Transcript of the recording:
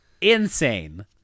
insane